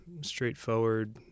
straightforward